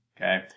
okay